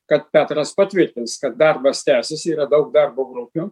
kad petras patvirtins kad darbas tęsiasi yra daug darbo grupių